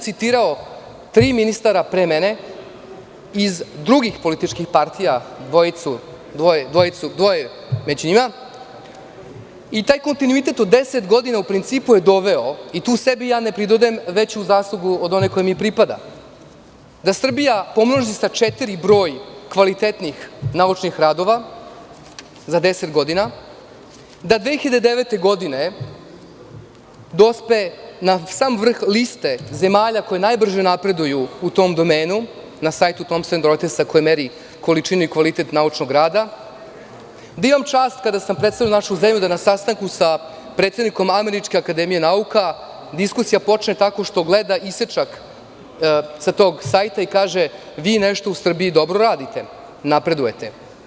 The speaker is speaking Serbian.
Citirao sam tri ministra pre mene iz drugih političkih partija, dvoje među njima i taj kontinuitet od deset godina u principu je doveo, i tu sebi ne pridodajem veću zaslugu od one koja mi pripada, da Srbija pomnoži sa četiri broj kvalitetnih naučnih radova za deset godina, da 2009. godine dospe na sam vrh liste zemalja koje najbrže napreduju u tom domenu, na sajtu „Thomson Reuters“ koji meri količinu i kvalitet naučnog rada, da imam čast kada sam predstavljao našu zemlju da na sastanku sa predsednikom Američke akademije nauke diskusija počne tako što gleda isečak sa tog sajta i kaže – vi nešto u Srbiji dobro radite, napredujete.